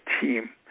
team